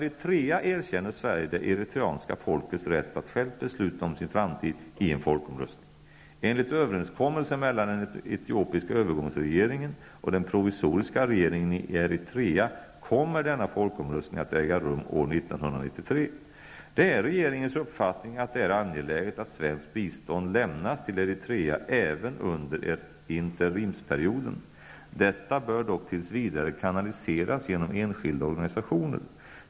Sverige det eritreanska folkets rätt att självt besluta om sin framtid i en folkomröstning. Enligt en överenskommelse mellan den etiopiska övergångsregeringen och den provisoriska regeringen i Eritrea kommer denna folkomröstning att äga rum år 1993. Det är regeringens uppfattning att det är angeläget att svenskt bistånd lämnas till Eritrea även under interimsperioden. Detta bör dock tills vidare kanaliseras genom enskilda organisationer.